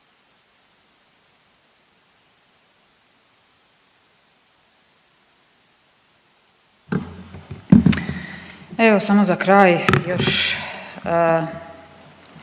Evo samo za kraj još